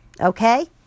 okay